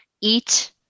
eat